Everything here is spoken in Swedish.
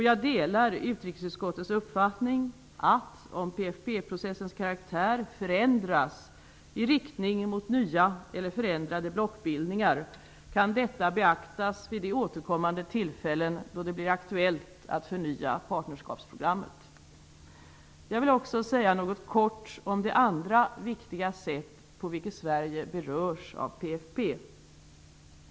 Jag delar utrikesutskottets uppfattning att om PFF processens karaktär förändras i riktning mot nya eller förändrade blockbildningar kan detta beaktas vid de återkommande tillfällen då det blir aktuellt att förnya partnerskapsprogrammet. Jag vill också säga något kort om det andra viktiga sätt på vilket Sverige berörs av PFF.